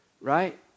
Right